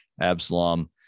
Absalom